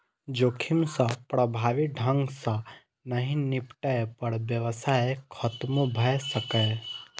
जोखिम सं प्रभावी ढंग सं नहि निपटै पर व्यवसाय खतमो भए सकैए